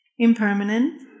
Impermanent